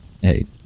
Hey